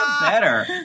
better